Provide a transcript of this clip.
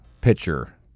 pitcher